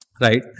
right